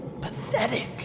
pathetic